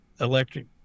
electric